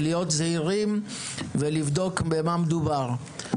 להיות זהירים ולבדוק במה מדובר.